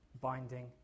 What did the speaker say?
binding